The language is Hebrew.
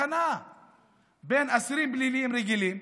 עשו הבחנה בין אסירים פליליים רגילים